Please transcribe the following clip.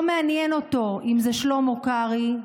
לא מעניין אותו אם זה שלמה קרעי,